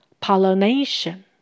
Pollination